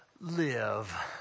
live